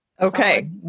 Okay